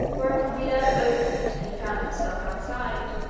whereupon the earth opened, and he found himself outside.